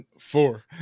Four